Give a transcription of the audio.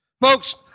Folks